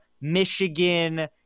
Michigan